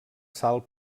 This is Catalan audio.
sal